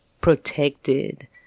protected